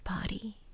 body